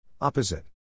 Opposite